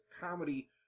comedy